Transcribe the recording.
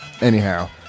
Anyhow